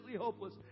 hopeless